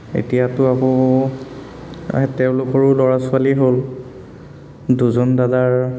এতিয়াতো আকৌ তেওঁলোকৰো ল'ৰা ছোৱালী হ'ল দুজন দাদাৰ